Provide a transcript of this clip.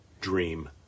dream